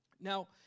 Now